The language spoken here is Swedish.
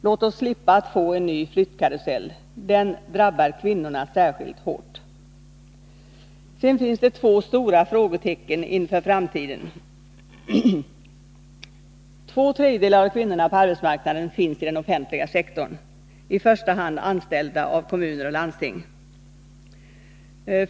Låt oss slippa att få en ny flyttkarusell! Den drabbar kvinnorna särskilt hårt. Sedan finns det två stora frågetecken inför framtiden. Två tredjedelar av kvinnorna på arbetsmarknaden finns i den offentliga sektorn, i första hand anställda av kommuner och landsting.